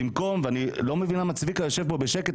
אני לא מבין למה צביקה יושב פה בשקט,